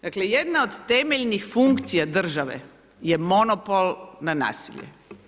Dakle, jedna od temeljnih funkcija države je monopol na nasilje.